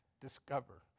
discover